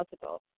possible